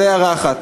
זו הערה אחת.